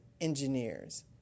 engineers